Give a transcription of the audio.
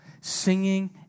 singing